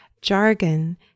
Jargon